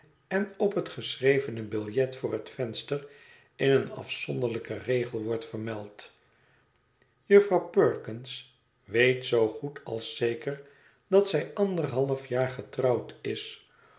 en op het geschrevene biljet voor het venster in een afzonderlijken regel wordt vermeld jufvrouw perkins weet zoo goed als zeker dat zij anderhalfjaar getrouwd is